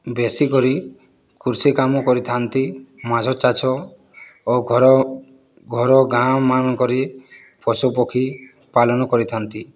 ବେଶି କରି କୃଷି କାମ କରିଥାନ୍ତି ମାଛ ଚାଷ ଓ ଘର ଘର ଗାଁମାନଙ୍କରେ ପଶୁପକ୍ଷୀ ପାଳନ କରିଥାନ୍ତି